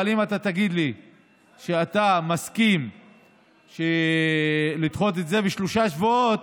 אבל אם אתה תגיד לי שאתה מסכים לדחות את זה בשלושה שבועות,